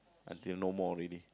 until no more already